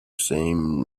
same